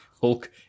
Hulk